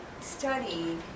studied